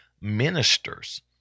ministers